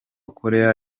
koreya